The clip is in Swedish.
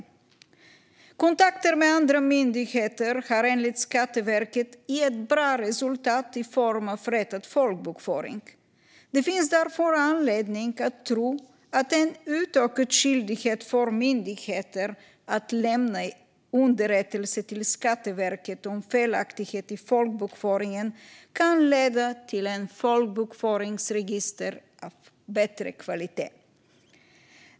Kontakter med andra myndigheter har enligt Skatteverket gett bra resultat i form av rättad folkbokföring. Det finns därför anledning att tro att en utökad skyldighet för myndigheter att lämna underrättelser till Skatteverket om felaktigheter i folkbokföringen kan leda till ett folkbokföringsregister av bättre kvalitet.